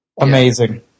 amazing